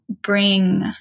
bring